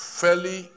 fairly